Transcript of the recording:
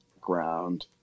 ground